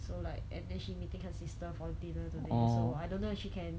so like and then she meeting her sister for dinner today so I don't know if she can